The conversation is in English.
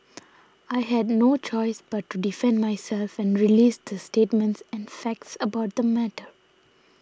I had no choice but to defend myself and release the statements and facts about the matter